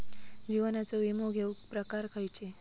जीवनाचो विमो घेऊक प्रकार खैचे?